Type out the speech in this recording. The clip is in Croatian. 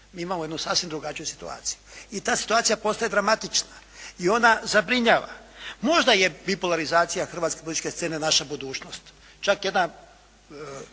mi imamo jednu sasvim drugačiju situaciju i ta situacija postaje dramatična i ona zabinjava. Možda je bipularizacija hrvatske političke scene naša budućnost, čak jedna.